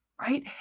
right